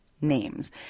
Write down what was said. names